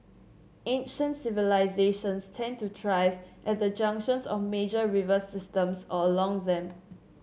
ancient civilisations tended to thrive at the junctions of major river systems or along them